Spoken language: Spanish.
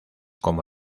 como